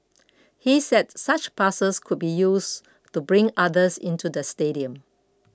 he said such passes could be used to bring others into the stadium